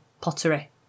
pottery